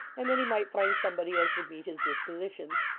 and that he might find somebody as would meet his dispositions.